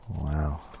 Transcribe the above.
Wow